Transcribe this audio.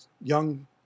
young